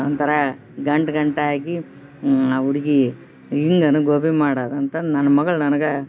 ಒಂಥರ ಗಂಟುಗಂಟಾಗಿ ಆ ಹುಡ್ಗಿ ಹಿಂಗೇನು ಗೋಬಿ ಮಾಡೋದ್ ಅಂತಂದು ನನ್ನ ಮಗ್ಳು ನನಗೆ